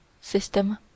system